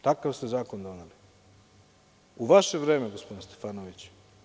Takav ste zakon doneli, u vaše vreme, gospodine Stefanoviću.